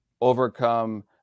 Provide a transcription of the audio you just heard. overcome